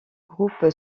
groupe